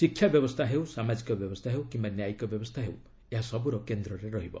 ଶିକ୍ଷା ବ୍ୟବସ୍ଥା ହେଉ ସାମାଜିକ ବ୍ୟବସ୍ଥା ହେଉ କିମ୍ବା ନ୍ୟାୟିକ ବ୍ୟବସ୍ଥା ହେଉ ଏହା ସବୁର କେନ୍ଦ୍ରରେ ରହିବ